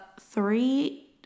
three